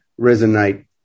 resonate